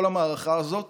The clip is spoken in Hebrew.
כל המערכה הזאת